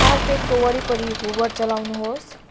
कार्पेटको वरिपरि हुभर चलाउनुहोस्